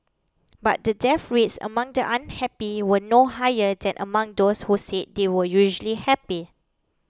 but the death rates among the unhappy were no higher than among those who said they were usually happy